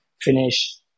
finish